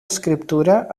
escriptura